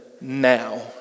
now